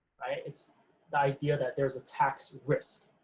it's the idea that there's a tax risk.